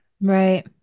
Right